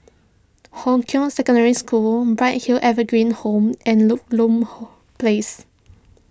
Hong Kah Secondary School Bright Hill Evergreen Home and Ludlow Place